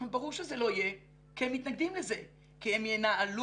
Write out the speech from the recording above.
ברור שזה לא יהיה כי הם מתנגדים לזה, כי הם ינהלו.